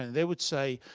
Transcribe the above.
and they would say,